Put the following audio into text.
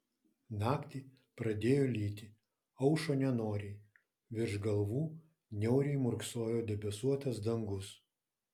naktį pradėjo lyti aušo nenoriai virš galvų niauriai murksojo debesuotas dangus